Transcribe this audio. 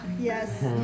Yes